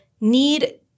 need